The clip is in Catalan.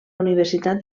universitat